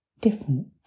different